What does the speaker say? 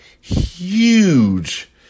Huge